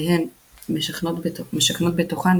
והן משכנות בתוכן,